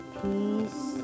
peace